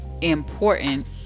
important